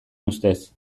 ustez